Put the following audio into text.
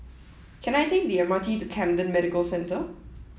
can I take the M R T to Camden Medical Center